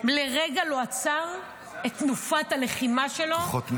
לא עצר את תנופת הלחימה שלו -- כוחות נפש.